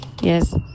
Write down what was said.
yes